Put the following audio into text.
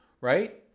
right